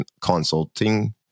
consulting